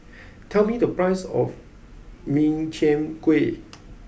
tell me the price of Min Chiang Kueh